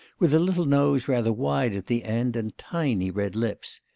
with a little nose rather wide at the end, and tiny red lips.